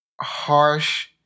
harsh